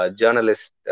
journalist